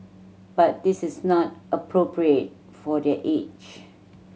but this is not appropriate for their age